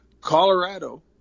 Colorado